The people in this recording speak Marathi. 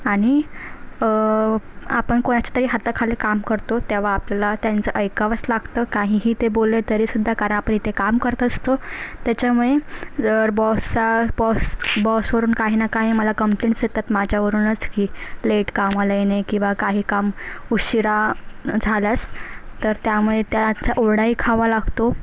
आणि आपण कोणाच्यातरी हाताखाली कामं करतो तेव्हा आपल्याला त्यांचं ऐकावच लागतं काहीही ते बोलले तरीसुद्धा कार आपण इथे काम करत असतो त्याच्यामुळे जर बॉससा बॉस बॉसवरून काही ना काही मला कंप्लेंट्स येतात माझ्यावरूनच की लेट कामाला येणे किंवा काही कामं उशिरा झाल्यास तर त्यामुळे त्याचा ओरडाही खावा लागतो